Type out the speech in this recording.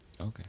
Okay